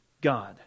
God